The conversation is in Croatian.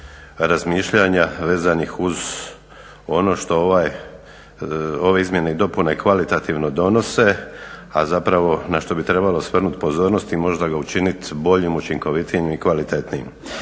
razmišljanja vezanih uz ono što ove izmjene i dopune kvalitativno donose, a zapravo na što bi trebalo svrnuti pozornost i možda ga učiniti boljim, učinkovitijim i kvalitetnijim.